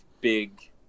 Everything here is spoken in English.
big